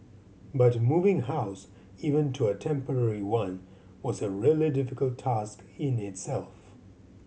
but moving house even to a temporary one was a really difficult task in itself